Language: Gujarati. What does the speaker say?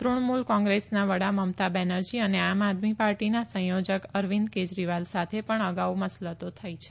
તૃક્ષમૂલ કોંગ્રેસના વડા મમતા બેનરજી અને આમ આદમી પાર્ટીના સંયોજક અરવિંદ કેજરીવાલ સાથે પણ અગાઉ મસલતો થઇ છે